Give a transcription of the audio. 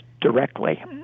directly